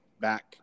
back